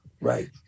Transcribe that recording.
Right